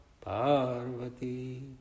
Parvati